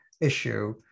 issue